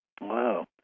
Wow